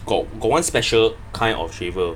got got one special kind of shaver